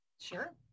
sure